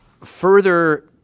further